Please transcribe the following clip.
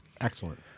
Excellent